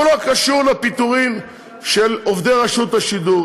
הוא לא קשור לפיטורים של עובדי רשות השידור,